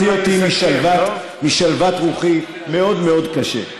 ואתם כולכם יודעים שלהוציא אותי משלוות רוחי מאוד מאוד קשה.